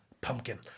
pumpkin